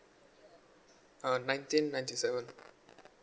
uh nineteen ninety seven